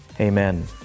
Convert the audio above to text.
Amen